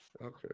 Okay